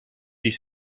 des